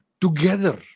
together